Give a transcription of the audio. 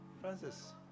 Francis